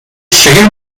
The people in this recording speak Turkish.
şehir